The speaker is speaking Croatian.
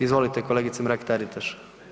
Izvolite kolegice Mrak-Taritaš.